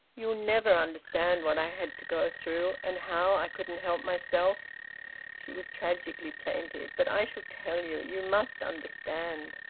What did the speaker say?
you'll never understand what i had to go through, and how i couldn't help myself she was tragically plaintive but i shall tell you. you must understand!